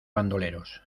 bandoleros